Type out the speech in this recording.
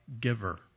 giver